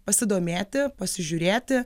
pasidomėti pasižiūrėti